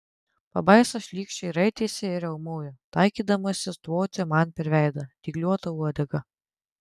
pabaisa šlykščiai raitėsi ir riaumojo taikydamasi tvoti man per veidą dygliuota uodega